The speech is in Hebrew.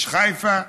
יש חיפה,